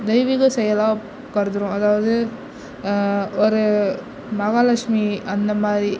தெய்வீக செயலாக கருதுகிறோம் அதாவது ஒரு மகாலக்ஷ்மி அந்த மாதிரி